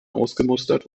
ausgemustert